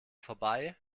vorbei